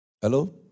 Hello